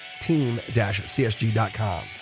Team-csg.com